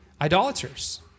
idolaters